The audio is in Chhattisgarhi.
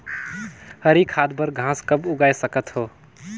हरी खाद बर घास कब उगाय सकत हो?